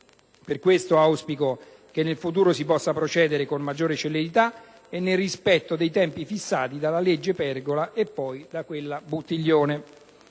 Per questo auspico che nel futuro si possa procedere con maggiore celerità e nel rispetto dei tempi fissati dalla legge La Pergola e poi dalla legge Buttiglione.